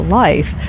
life